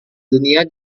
dunia